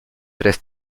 tres